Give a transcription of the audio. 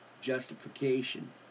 justification